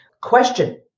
Question